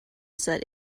set